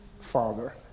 Father